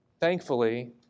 Thankfully